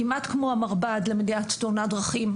כמעט כמו המרב"ד למניעת תאונות דרכים.